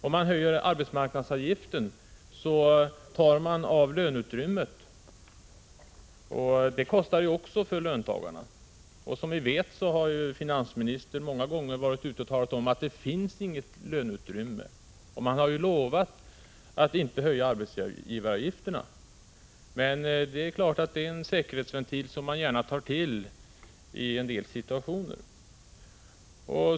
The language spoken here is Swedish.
Om man höjer arbetsmarknadsavgiften tar man av löneutrymmet, och det kostar också för löntagarna. Som vi vet har finansministern många gånger talat om att det inte finns något löneutrymme. Socialdemokraterna har också lovat att inte höja arbetsgivaravgifterna. Men det är klart att det är en säkerhetsventil som socialdemokraterna gärna tar till i en del situationer.